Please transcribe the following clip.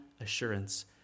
assurance